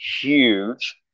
huge